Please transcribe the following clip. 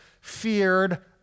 feared